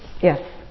Yes